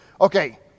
Okay